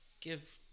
give